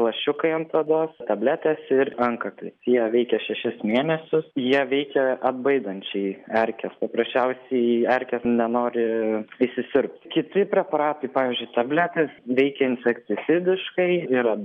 lašiukai ant odos tabletės ir antkakliai jie veikia šešis mėnesius jie veikia atbaidančiai erkės paprasčiausiai erkės nenori įsisiurbt kiti preparatai pavyzdžiui tabletės veikia infekcisidiškai yra